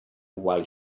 while